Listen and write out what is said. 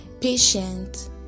patient